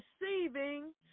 receiving